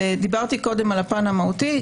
דיברתי קודם על הפן המהותי.